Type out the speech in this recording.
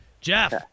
Jeff